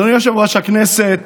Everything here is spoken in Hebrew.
אדוני יושב-ראש הכנסת,